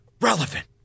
relevant